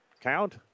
count